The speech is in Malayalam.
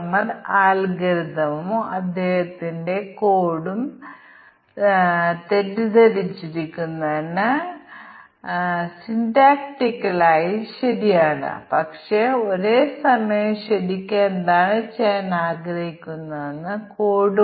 കോസ് ഇഫക്റ്റ് ഗ്രാഫിനെക്കുറിച്ച് കൂടുതൽ ചർച്ച ചെയ്യാതെ ഇത് വളരെ ലളിതമാണ് ഈ ഉദാഹരണം പരിഹരിക്കാൻ ഞങ്ങൾക്ക് യഥാർത്ഥത്തിൽ ശ്രമിക്കാം തുടർന്ന് കോസ് ഇഫക്ട് ഗ്രാഫ് എന്താണെന്ന് നിങ്ങൾക്ക് ബോധ്യപ്പെടും